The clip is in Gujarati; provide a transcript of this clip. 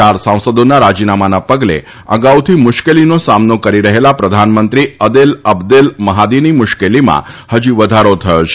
ચાર સાંસદોના રાજીનામાના પગલે અગાઉથી મુશ્કેલીનો સામનો કરી રહેલા પ્રધાનમંત્રી અદેલ અબદેલ મહાદીની મુશ્કેલીમાં હજી વધારો થયો છે